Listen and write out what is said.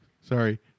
Sorry